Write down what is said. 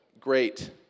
great